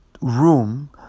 room